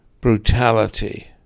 Brutality